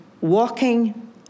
walking